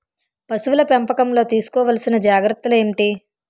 పశువుల పెంపకంలో తీసుకోవల్సిన జాగ్రత్తలు ఏంటి?